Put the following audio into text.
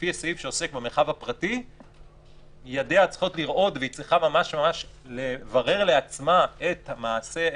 וזה לב העניין בסוף.